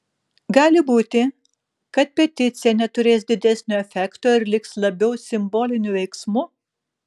gali būti kad peticija neturės didesnio efekto ir liks labiau simboliniu veiksmu